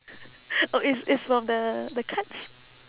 oh it's it's from the the cards